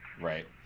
Right